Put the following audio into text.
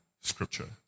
Scripture